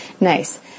Nice